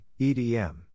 EDM